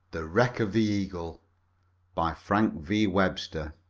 the wreck of the eagle by frank v. webster